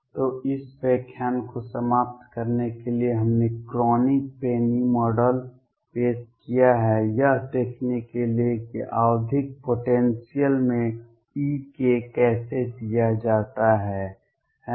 तो इस व्याख्यान को समाप्त करने के लिए हमने क्रोनिग पेनी मॉडल पेश किया है यह देखने के लिए कि आवधिक पोटेंसियल में E कैसे दिया जाता है है ना